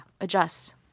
adjust